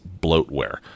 bloatware